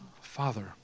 Father